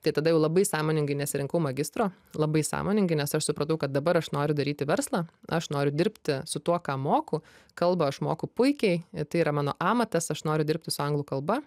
tai tada jau labai sąmoningai nesirinkau magistro labai sąmoningai nes aš supratau kad dabar aš noriu daryti verslą aš noriu dirbti su tuo ką moku kalbą aš moku puikiai tai yra mano amatas aš noriu dirbti su anglų kalba